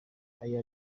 ayo